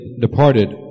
departed